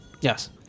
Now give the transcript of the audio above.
Yes